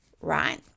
right